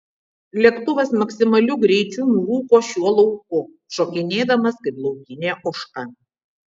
lėktuvas maksimaliu greičiu nurūko šiuo lauku šokinėdamas kaip laukinė ožka